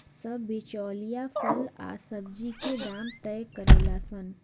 सब बिचौलिया फल आ सब्जी के दाम तय करेले सन